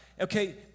Okay